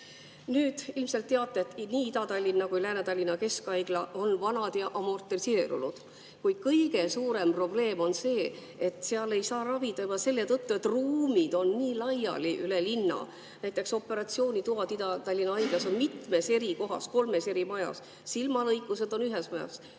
Ilmselt teate, et nii Ida-Tallinna kui ka Lääne-Tallinna Keskhaigla on vanad ja amortiseerunud, kuid kõige suurem probleem on see, et seal ei saa ravida juba selle tõttu, et ruumid on laiali üle linna. Näiteks operatsioonitoad Ida-Tallinna haiglas on mitmes eri kohas, kolmes eri majas. Silmalõikused on ühes majas